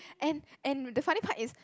and and the funny part is